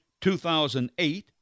2008